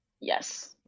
Yes